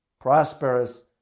prosperous